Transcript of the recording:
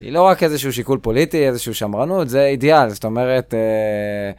היא לא רק איזשהו שיקול פוליטי, איזושהי שמרנות, זה אידיאל, זאת אומרת...